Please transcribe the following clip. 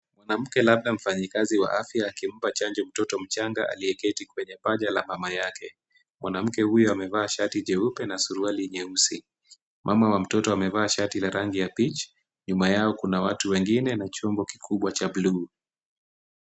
Mwanamke labda mfanyikazi wa afya akimpa chanjo mtoto mchanga aliyeketi kwenye paja la mama yake. Mwanamke huyu amevaa shati jeupe na suruali nyeusi. Mama wa mtoto amevaa shati la rangi ya peach , nyuma yao kuna watu wengine na chombo kikubwa cha bluu.